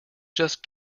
just